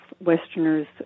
Westerners